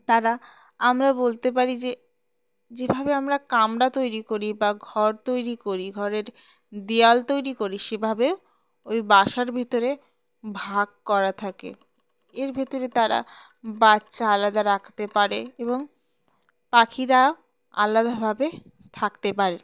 তারা আমরা বলতে পারি যে যেভাবে আমরা কামড়া তৈরি করি বা ঘর তৈরি করি ঘরের দেওয়াল তৈরি করি সেভাবে ওই বাসার ভিতরে ভাগ করা থাকে এর ভেতরে তারা বাচ্চা আলাদা রাখতে পারে এবং পাখিরা আলাদাভাবে থাকতে পারে